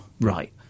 right